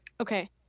Okay